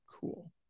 Cool